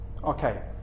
Okay